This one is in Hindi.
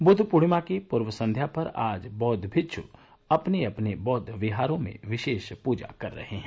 बुद्ध पूर्णिमा की पूर्व संध्या पर आज बौद्ध भिक्षु अपने अपने बौद्ध विहारों में विशेष पूजा कर रहे हैं